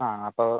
ആ അപ്പോള്